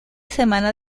semana